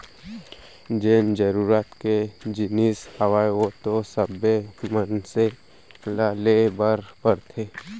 जेन जरुरत के जिनिस हावय ओ तो सब्बे मनसे ल ले बर परथे